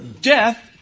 Death